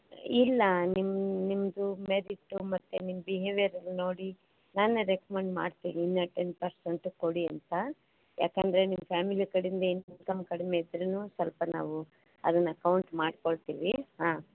ಇಲ್ಲ ನಿಮ್ಮ ನಿಮ್ಮದು ಮೆರಿಟು ಮತ್ತು ನಿಮ್ಮ ಬಿಹೇವಿಯರ್ ನೋಡಿ ನಾನೇ ರೆಕಮೆಂಡ್ ಮಾಡ್ತೀನಿ ಇನ್ನೂ ಟೆನ್ ಪರ್ಸೆಂಟ್ ಕೊಡಿ ಅಂತ ಯಾಕಂದರೆ ನಿಮ್ಮ ಫ್ಯಾಮಿಲಿ ಕಡೆಯಿಂದ ಏನು ಇನ್ಕಮ್ ಕಡಿಮೆ ಇದ್ರೂ ಸ್ವಲ್ಪ ನಾವು ಅದನ್ನು ಕೌಂಟ್ ಮಾಡ್ಕೊಳ್ತೀವಿ ಹಾಂ